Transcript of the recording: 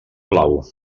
blau